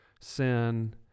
sin